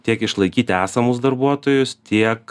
tiek išlaikyti esamus darbuotojus tiek